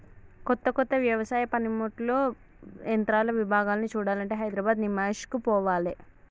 కొత్త కొత్త వ్యవసాయ పనిముట్లు యంత్రాల విభాగాలను చూడాలంటే హైదరాబాద్ నిమాయిష్ కు పోవాలే